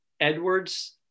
Edwards